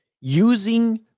Using